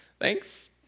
Thanks